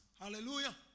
Hallelujah